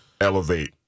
elevate